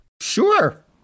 Sure